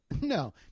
No